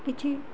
କିଛି